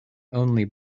only